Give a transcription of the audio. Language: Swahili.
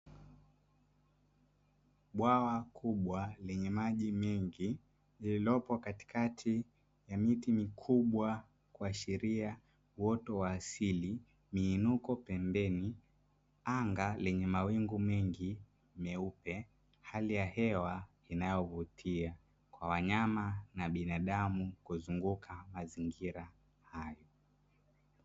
Bwawa kubwa lenye maji mengi lililopo katikati ya miti mikubwa kuashiria uoto wa asili, miinuko pembeni, anga lenye mawingu mengi meupe, hali ya hewa inayovutia kwa wanyama na binadamu kuzunguka mazingira hayo.